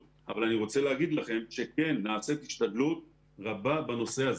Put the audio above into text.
רוצה לומר לכם שנעשית השתדלות רבה בנושא הזה.